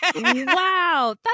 wow